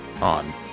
on